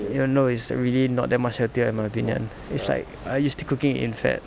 you know it's really not that much healthier in my opinion it's like uh you're still cooking it in fat